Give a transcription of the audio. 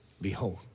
behold